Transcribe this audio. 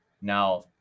Now